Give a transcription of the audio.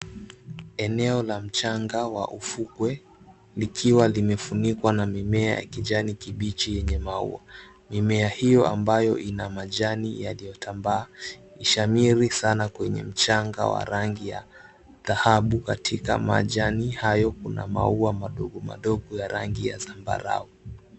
Eneo la mchanga wa ufukwe, likiwa limefunikwa na mimea ya kijani kibichi yenye maua. Mimea hiyo ambayo ina majani yaliyotambaa, ishamiri sana kwenye mchanga wa rangi ya dhahabu. Katika majani hayo kuna maua madogo madogo ya rangi ya zambarau.